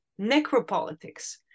necropolitics